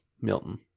Milton